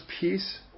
peace